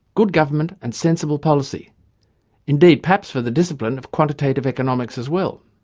good government and sensible policy indeed perhaps for the discipline of quantitative economics as well.